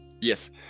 Yes